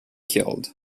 killed